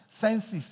Senses